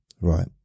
Right